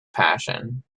passion